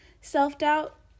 Self-doubt